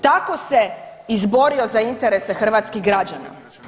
Tako se izborio za interese hrvatskih građana.